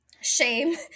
shame